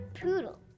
poodle